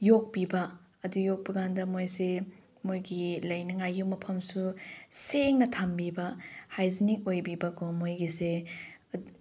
ꯌꯣꯛꯄꯤꯕ ꯑꯗꯨ ꯌꯣꯛꯄ ꯀꯥꯟꯗ ꯃꯣꯏꯁꯦ ꯃꯈꯣꯏꯒꯤ ꯂꯩꯅꯤꯡꯉꯥꯏ ꯌꯨꯝ ꯃꯐꯝꯁꯨ ꯁꯦꯡꯅ ꯊꯝꯕꯤꯕ ꯍꯥꯏꯖꯤꯅꯤꯛ ꯑꯣꯏꯕꯤꯕꯀꯣ ꯃꯣꯏꯒꯤꯁꯦ